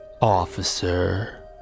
officer